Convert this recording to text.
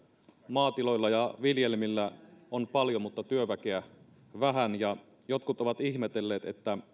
maatiloilla ja viljelmillä on paljon mutta työväkeä vähän ja jotkut ovat ihmetelleet